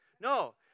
No